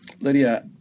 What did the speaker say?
Lydia